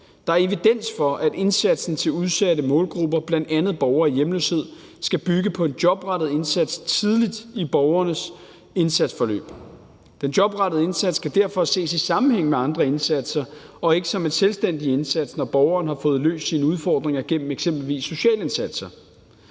Der er evidens for, at indsatsen for udsatte målgrupper, bl.a. borgere i hjemløshed, skal bygge på en jobrettet indsats tidligt i borgernes indsatsforløb. Den jobrettede indsats skal derfor ses i sammenhæng med andre indsatser og ikke som en selvstændig indsats, når borgeren har fået løst sine udfordringer gennem eksempelvis sociale indsatser.